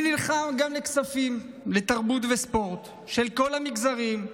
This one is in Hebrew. אני נלחם גם לכספים לתרבות וספורט של כל המגזרים,